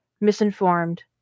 misinformed